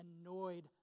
annoyed